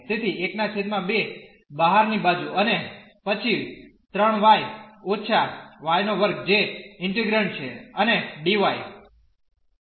તેથી ½ બહાર ની બાજું અને પછી 3 y− y2 જે ઇન્ટિગ્રેન્ડ છે અને dy